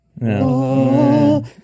No